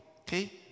okay